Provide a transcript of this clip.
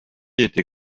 été